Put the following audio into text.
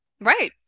Right